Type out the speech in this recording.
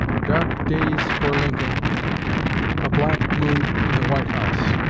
dark days for lincoln a black mood in the white house